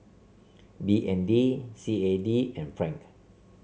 B N D C A D and Franc